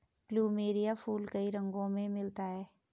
plumeria फूल कई रंगो में मिलता है